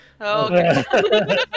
Okay